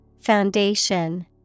Foundation